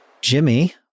Jimmy